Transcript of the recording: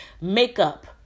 makeup